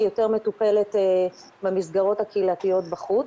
היא יותר מטופלת במסגרות הקהילתיות בחוץ,